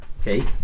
okay